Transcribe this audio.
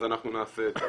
אז אנחנו נעשה את זה.